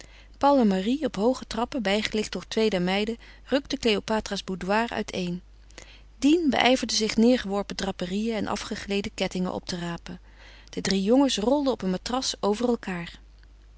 paul en marie op hooge trappen bijgelicht door twee der meiden rukten kleopatra's boudoir uiteen dien beijverde zich neêrgeworpen draperieën en afgegleden kettingen op te rapen de drie jongens rolden op een matras over elkaâr